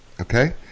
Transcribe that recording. Okay